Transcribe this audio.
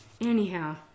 Anyhow